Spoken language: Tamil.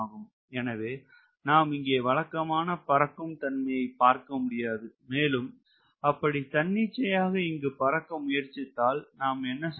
எனவே நாம் இங்கே வழக்கமான பறக்கும் தன்மையை பார்க்க முடியாது மேலும் அப்படி தன்னிச்சையாக இங்கு பறக்க முயற்சித்தால் நாம் என்ன செய்வோம்